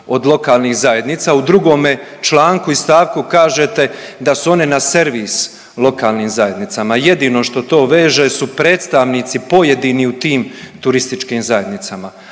od lokalnih zajednica, u drugome članku i stavku kažete da su one na servis lokalnim zajednicama. Jedino što to veže su predstavnici pojedini u tim turističkim zajednicama.